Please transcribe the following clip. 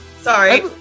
Sorry